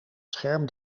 scherm